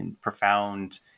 profound